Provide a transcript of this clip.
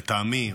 לטעמי,